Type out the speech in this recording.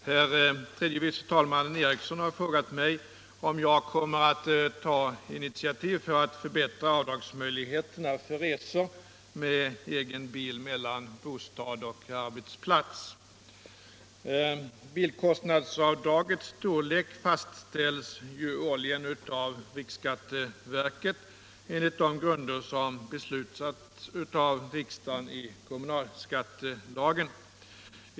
Herr talman! Herr tredje vice talmannen Eriksson har frågat mig om jag kommer att ta initiativ för att förbättra avdragsmöjligheterna för resor med egen bil mellan bostad och arbetsplats. Bilkostnadsavdragets storlek fastställs årligen av riksskatteverket enligt grunder som har beslutats av riksdagen i kommunalskattelagen .